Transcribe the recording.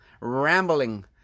rambling